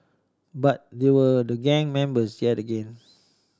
but there were the gang members yet again